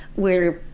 where,